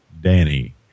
danny